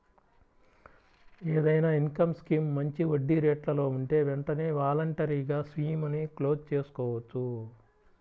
ఏదైనా income scheme మంచి వడ్డీరేట్లలో ఉంటే వెంటనే వాలంటరీగా స్కీముని క్లోజ్ చేసుకోవచ్చు